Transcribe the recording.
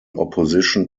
opposition